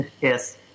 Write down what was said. Yes